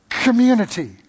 Community